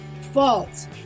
false